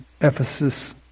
Ephesus